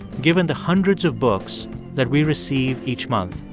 given the hundreds of books that we receive each month.